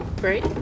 Great